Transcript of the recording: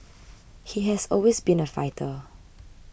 he has always been a fighter